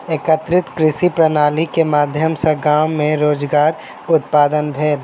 एकीकृत कृषि प्रणाली के माध्यम सॅ गाम मे रोजगार उत्पादन भेल